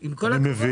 עם כל הכבוד,